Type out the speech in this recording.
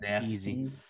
easy